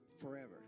forever